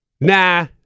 Nah